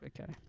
Okay